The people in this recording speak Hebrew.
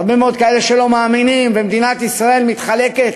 הרבה מאוד כאלה שלא מאמינים, ומדינת ישראל מתחלקת